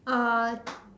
uh